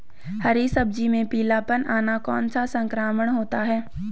हरी सब्जी में पीलापन आना कौन सा संक्रमण होता है?